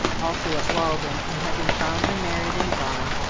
also at walden, and having found her married and gone,